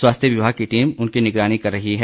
स्वास्थ्य विभाग की टीम उनकी निगरानी कर रही है